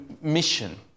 mission